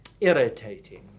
irritating